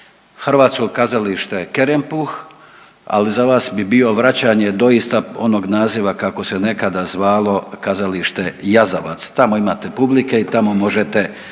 hrvatsko Kazalište Kerempuh, ali za vas bi bio vraćanje doista onog naziva kako se nekada zvalo Kazalište Jazavac, tamo imate publike i tamo možete